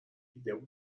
دیده